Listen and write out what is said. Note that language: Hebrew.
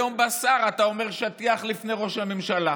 היום בא שר, אתה אומר: שטיח לפני ראש הממשלה.